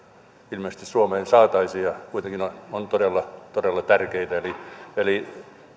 ilmeisesti suomeen saataisi ja kuitenkin ne ovat todella tärkeitä eli eli